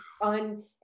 on